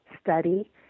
study